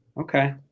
Okay